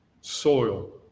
soil